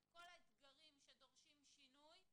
את כל האתגרים שדורשים שינוי,